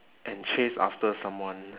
and chase after someone